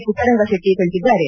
ಪುಟ್ಟರಂಗಶೆಟ್ಟ ತಿಳಿಸಿದ್ದಾರೆ